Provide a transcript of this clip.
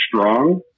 strong